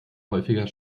häufiger